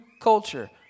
culture